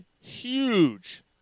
huge